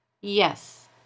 Yes